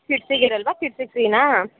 ಕಿಡ್ಸಿಗೆ ಇರಲ್ಲವಾ ಕಿಡ್ಸಿಗೆ ಫ್ರೀನಾ